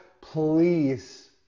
Please